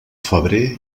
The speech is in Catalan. febrer